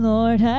Lord